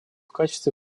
качестве